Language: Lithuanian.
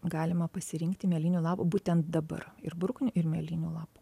galima pasirinkti mėlynių lapų būtent dabar ir bruknių ir mėlynių lapų